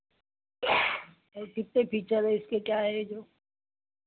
और कितने फीचर इसके क्या ऐज रो